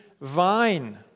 vine